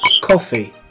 Coffee